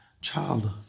Child